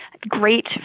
great